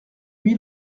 lui